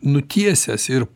nutiesęs ir